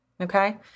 Okay